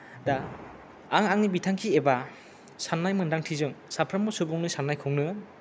दा आं आंनि बिथांखि एबा साननाय मोनदांथिजों साफ्रामबो सुबुंनो साननायखौनो